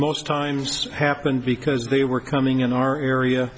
most times happened because they were coming in our area